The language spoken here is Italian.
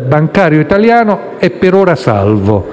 bancario italiano è per ora salvo.